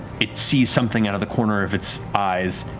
it sees something out of the corner of its eyes.